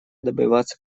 добиваться